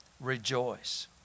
rejoice